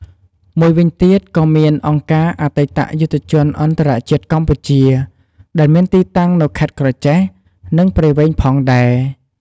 មួយវិញទៀតក៏មាន អង្គការអតីតយុទ្ធជនអន្តរជាតិកម្ពុជា ដែលមានទីតាំងនៅខេត្តក្រចេះ និង ព្រៃវែងផងដែរ។